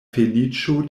feliĉo